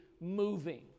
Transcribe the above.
moving